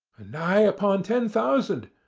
ah nigh upon ten thousand,